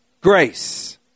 Grace